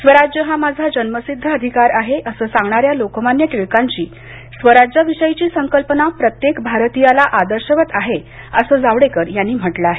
स्वराज्य हा माझा जन्मसिद्ध अधिकार आहे असं सांगणाऱ्या लोकमान्य टिळकांची स्वराज्याविषयीची संकल्पना प्रत्येक भारतीयाला आदर्शवत आहे असं जावडेकर यांनी म्हटलं आहे